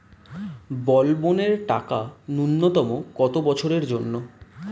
বলবনের টাকা ন্যূনতম কত বছরের জন্য?